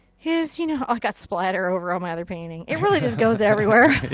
is, you know oh, i've got splatter over on my other painting. it really just goes everywhere.